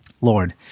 Lord